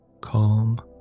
Calm